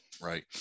right